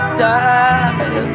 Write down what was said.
die